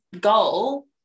goal